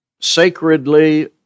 sacredly